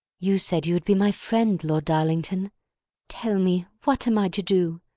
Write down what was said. you said you would be my friend, lord darlington tell me, what am i to do?